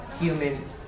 human